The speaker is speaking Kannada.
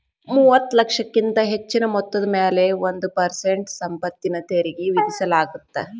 ಮೂವತ್ತ ಲಕ್ಷಕ್ಕಿಂತ ಹೆಚ್ಚಿನ ಮೊತ್ತದ ಮ್ಯಾಲೆ ಒಂದ್ ಪರ್ಸೆಂಟ್ ಸಂಪತ್ತಿನ ತೆರಿಗಿ ವಿಧಿಸಲಾಗತ್ತ